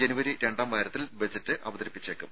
ജനുവരി രണ്ടാം വാരത്തിൽ ബജറ്റ് അവതരിപ്പിച്ചേക്കും